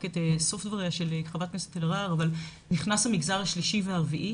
את סוף דבריה של חברת הכנסת אלהרר המגזר השלישי והרביעי.